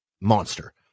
monster